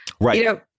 Right